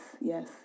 yes